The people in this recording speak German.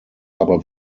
aber